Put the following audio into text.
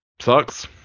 sucks